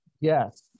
Yes